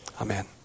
Amen